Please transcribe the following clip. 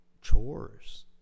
chores